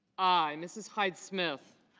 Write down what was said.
i. mrs. hyde smith